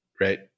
right